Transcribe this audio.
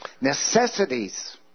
Necessities